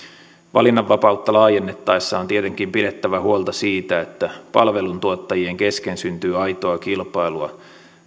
valinnanvapautta laajennettaessa on tietenkin pidettävä huolta siitä että palveluntuottajien kesken syntyy aitoa kilpailua